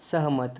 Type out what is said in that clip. सहमत